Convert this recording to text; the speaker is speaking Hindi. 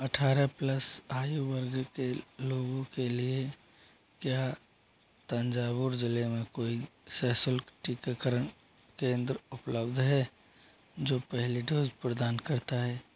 अट्ठारह प्लस आयु वर्ग के लोगों के लिए क्या तंजावुर ज़िले में कोई सशुल्क टीकाकरण केंद्र उपलब्ध है जो पहली डोज़ प्रदान करता है